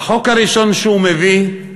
החוק הראשון שהוא מביא,